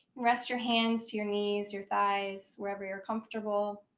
rest your hands to your knees, your thighs, wherever you're comfortable.